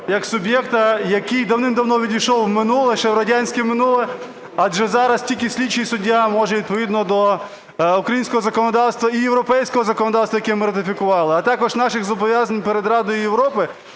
як суб'єкта, який давним-давно відійшов в минуле, ще в радянське минуле. Адже зараз тільки слідчий суддя може, відповідно до українського законодавства і європейського законодавства, яке ми ратифікували, а також наших зобов'язань перед Радою Європи,